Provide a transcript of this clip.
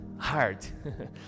Hard